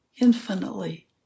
infinitely